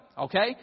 Okay